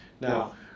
Now